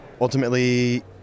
ultimately